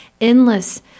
endless